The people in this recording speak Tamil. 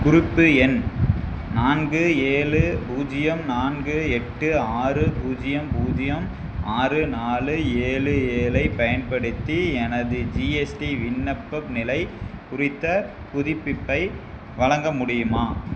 குறிப்பு எண் நான்கு ஏழு பூஜ்ஜியம் நான்கு எட்டு ஆறு பூஜ்ஜியம் பூஜ்ஜியம் ஆறு நாலு ஏழு ஏழைப் பயன்படுத்தி எனது ஜிஎஸ்டி விண்ணப்பப் நிலை குறித்த புதுப்பிப்பை வழங்க முடியுமா